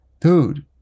dude